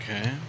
Okay